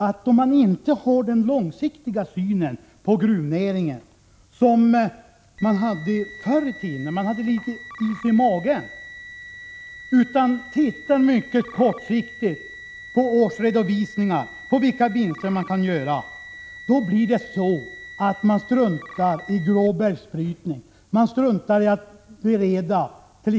Men om man inte har den långsiktiga syn på gruvnäringen som man hade förr i tiden, när man hade litet is i magen, utan ser mycket kortsiktigt på årsredovisningar och vinster som är möjliga att göra, då blir det så att man struntar i gråbergsbrytning och i attt.ex.